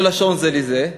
לא לשאנז אליזה,